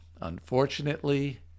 unfortunately